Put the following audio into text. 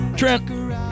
Trent